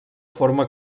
forma